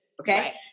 okay